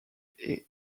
est